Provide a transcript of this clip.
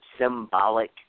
symbolic